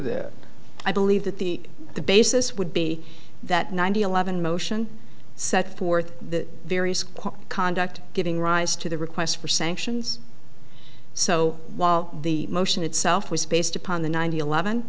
that i believe that the the basis would be that ninety eleven motion set forth the various quote conduct giving rise to the requests for sanctions so while the motion itself was based upon the nine eleven